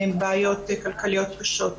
בעיות כלכליות קשות.